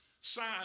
sign